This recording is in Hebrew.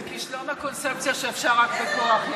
זה כישלון הקונספציה שאפשר רק בכוח.